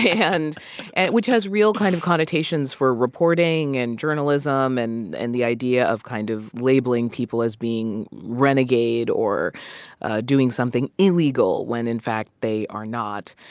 and and which has really kind of connotations for reporting and journalism and and the idea of kind of labeling people as being renegade or doing something illegal when, in fact, they are not.